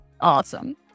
Awesome